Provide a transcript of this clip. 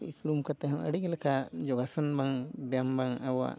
ᱤᱠᱲᱩᱢ ᱠᱟᱛᱮᱫ ᱦᱚᱸ ᱟᱹᱰᱤ ᱞᱮᱠᱟᱱ ᱡᱳᱜᱟᱥᱚᱱ ᱵᱟᱝ ᱵᱤᱭᱟᱢ ᱵᱟᱝ ᱟᱵᱚᱣᱟᱜ